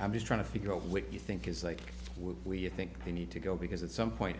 i'm just trying to figure out what you think is like what we think they need to go because at some point